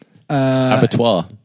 Abattoir